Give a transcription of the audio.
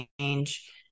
change